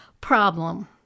problem